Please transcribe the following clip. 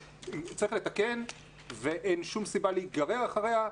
צריך לתקן את הטעות, ואין שום סיבה להיגרר אחריה.